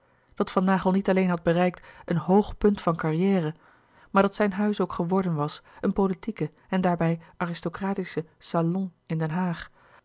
bereikt louis couperus de boeken der kleine zielen een hoog punt van carrière maar dat zijn huis ook geworden was een politieke en daarbij aristocratische salon in den haag